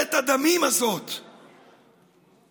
שממשלת הדמים הזאת מחזקת,